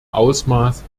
ausmaß